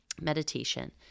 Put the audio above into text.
Meditation